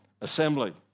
assembly